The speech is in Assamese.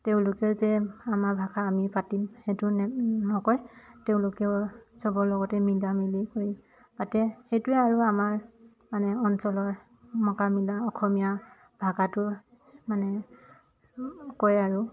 তেওঁলোকেও যে আমা ভাষা আমি পাতিম সেইটো নকয় তেওঁলোকেও চবৰ লগতে মিলা মিলি কৰি পাতে সেইটোৱে আৰু আমাৰ মানে অঞ্চলৰ মোকামিলা অসমীয়া ভাষাটো মানে কয় আৰু